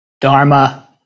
Dharma